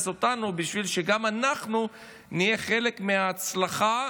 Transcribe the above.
אותנו בשביל שגם אנחנו נהיה חלק מההצלחה,